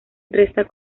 resta